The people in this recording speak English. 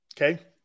Okay